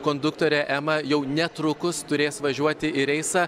konduktorė ema jau netrukus turės važiuoti į reisą